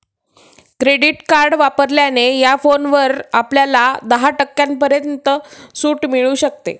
credit card वापरल्याने या फोनवर आपल्याला दहा टक्क्यांपर्यंत सूट मिळू शकते